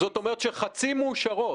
זאת אומרת שבערך חצי מאושרות.